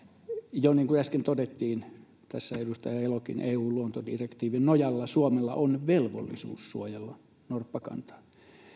ja niin kuin äsken todettiin edustaja elokin eun luontodirektiivin nojalla suomella on velvollisuus suojella norppakantaa